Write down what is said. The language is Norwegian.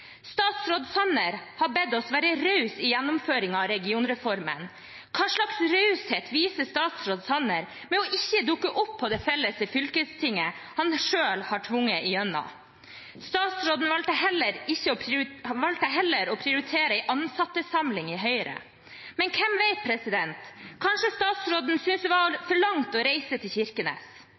Statsråd Sanner har bedt oss være rause i gjennomføringen av regionreformen. Hva slags raushet viser statsråd Sanner ved ikke å dukke opp på det felles fylkestinget han selv har tvunget igjennom? Statsråden valgte heller å prioritere en ansattsamling i Høyre. Men hvem vet – kanskje statsråden syntes det var for langt å reise til Kirkenes?